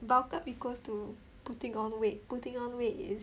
bulk up equals to putting on weight putting on weight is